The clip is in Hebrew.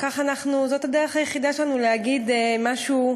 זאת הדרך היחידה שלנו להגיד משהו,